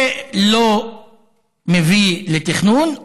זה לא מביא לתכנון,